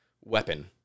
weapon